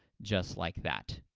just like that.